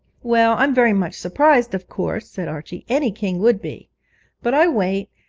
well, i'm very much surprised of course said archie any king would be but i wait,